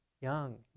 young